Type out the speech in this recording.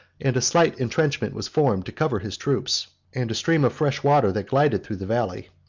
and a slight intrenchment was formed, to cover his troops, and a stream of fresh water, that glided through the valley.